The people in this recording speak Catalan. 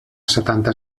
setanta